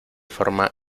forma